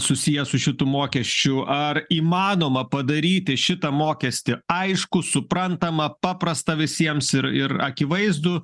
susiję su šitu mokesčiu ar įmanoma padaryti šitą mokestį aiškų suprantamą paprastą visiems ir ir akivaizdų